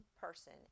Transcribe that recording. person